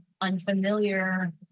unfamiliar